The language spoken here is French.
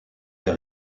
est